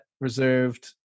reserved